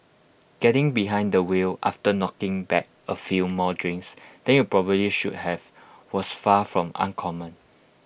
getting behind the wheel after knocking back A few more drinks than you probably should have was far from uncommon